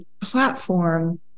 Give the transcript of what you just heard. platform